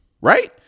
Right